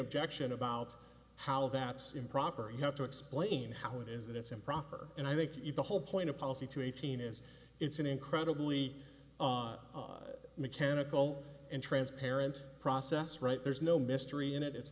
objection about how that's improper you have to explain how it is that it's improper and i think the whole point of policy to eighteen is it's an incredibly mechanical and transparent process right there's no mystery in it it's